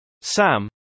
Sam